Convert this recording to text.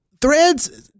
Threads